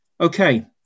Okay